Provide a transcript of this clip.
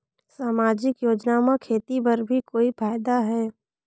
समाजिक योजना म खेती बर भी कोई फायदा है?